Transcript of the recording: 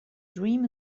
dream